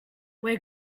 where